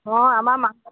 অঁ আমাৰ মানুহ